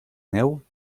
neu